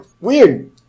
weird